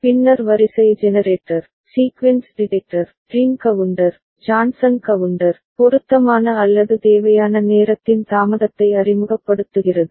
பின்னர் வரிசை generator sequence detector ring counter Johnson counter பொருத்தமான அல்லது தேவையான நேரத்தின் தாமதத்தை அறிமுகப்படுத்துகிறது